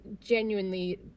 genuinely